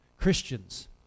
Christians